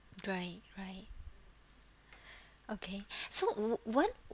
right right okay so what